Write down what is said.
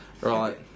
Right